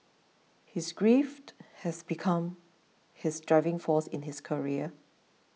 his grief has become his driving force in his career